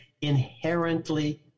inherently